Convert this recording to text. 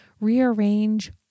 rearrange